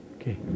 Okay